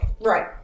Right